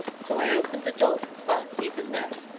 so i opened the door, but, even then,